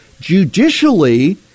Judicially